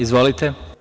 Izvolite.